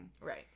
Right